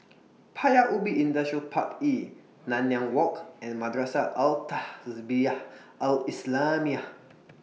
Paya Ubi Industrial Park E Nanyang Walk and Madrasah Al Tahzibiah Al Islamiah